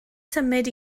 symud